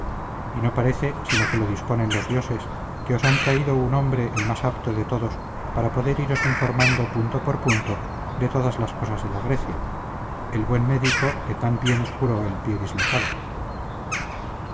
y no parece sino que lo disponen los dioses que os han traído un hombre el más apto de todos para poder iros informando punto por punto de todas las cosas de la grecia el buen médico que tan bien os curó el pie dislocado